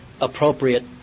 appropriate